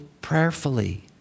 prayerfully